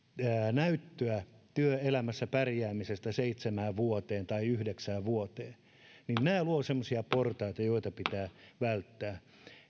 näyttöä työelämässä pärjäämisestä seitsemään vuoteen tai yhdeksään vuoteen nämä luovat semmoisia portaita joita pitää välttää